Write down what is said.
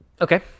Okay